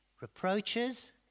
Reproaches